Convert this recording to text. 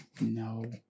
No